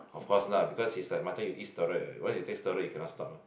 of course lah because it's like macam you eat steroid once you take steroid you cannot stop lor